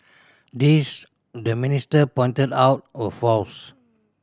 these the minister pointed out were false